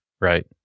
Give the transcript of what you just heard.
Right